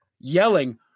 yelling